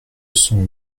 sont